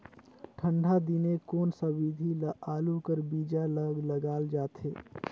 ठंडा दिने कोन सा विधि ले आलू कर बीजा ल लगाल जाथे?